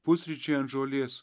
pusryčiai ant žolės